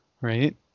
right